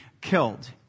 killed